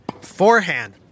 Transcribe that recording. forehand